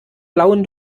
blauen